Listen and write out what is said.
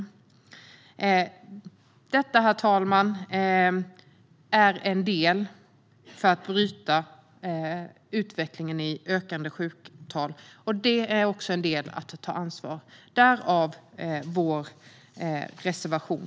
Detta, herr talman, är en del för att bryta utvecklingen med ökande sjuktal. Det är också en del i att ta ansvar, därav vår reservation.